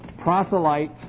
Proselyte